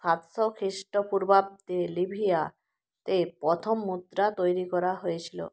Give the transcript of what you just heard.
সাতশো খ্রিস্ট পূর্বাব্দে লিবিয়া তে প্রথম মুদ্রা তৈরি করা হয়েছিলো